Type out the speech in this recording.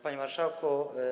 Panie Marszałku!